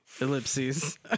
ellipses